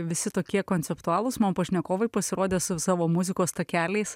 visi tokie konceptualūs man pašnekovai pasirodė su savo muzikos takeliais